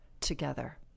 together